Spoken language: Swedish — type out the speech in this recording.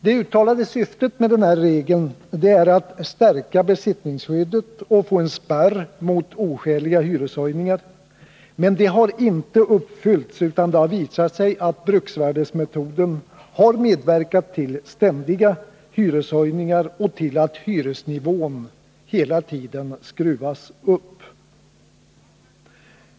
Det uttalade syftet med denna regel, att stärka besittningsskyddet och få en spärr mot oskäliga hyreshöjningar, har inte uppfyllts, utan det har visat sig att bruksvärdesmetoden har medverkat till ständiga hyreshöjningar och till att hyresnivån hela tiden skruvats upp.